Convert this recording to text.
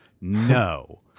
No